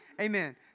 amen